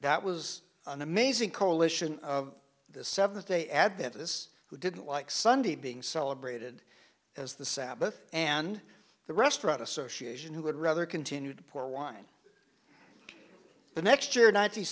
that was an amazing coalition of the seventh day adventists who didn't like sunday being celebrated as the sabbath and the restaurant association who would rather continue to pour wine the next year n